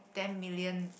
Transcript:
ten million